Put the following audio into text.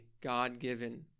God-given